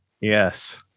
yes